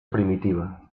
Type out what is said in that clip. primitiva